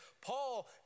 Paul